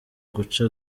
guca